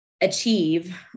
achieve